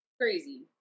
crazy